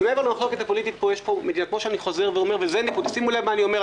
אבל מעבר למחלוקת הפוליטית ושימו לב מה אני אומר,